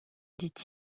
dit